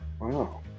Wow